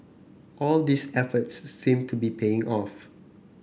all these efforts seem to be paying off